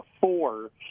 four